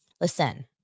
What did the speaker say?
listen